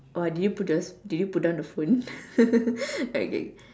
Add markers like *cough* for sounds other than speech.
uh did you put just did you put down the phone *laughs* okay